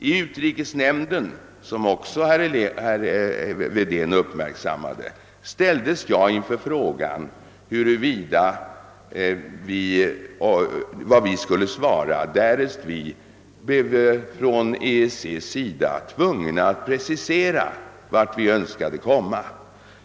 I utrikesnämnden ställdes jag inför frågan vad vi skulle svara därest EEC skulle fordra att vi preciserade vart vi önskade komma.